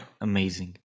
amazing